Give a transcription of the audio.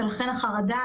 ולכן החרדה,